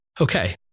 okay